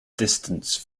distance